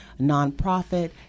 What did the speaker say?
nonprofit